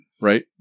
right